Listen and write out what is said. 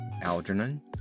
Algernon